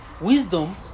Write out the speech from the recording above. wisdom